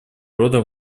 рода